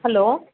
hello